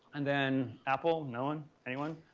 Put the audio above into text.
and then apple? no one? anyone?